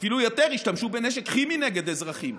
אפילו יותר, השתמשו בנשק כימי נגד אזרחים.